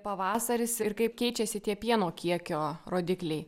pavasaris ir kaip keičiasi tie pieno kiekio rodikliai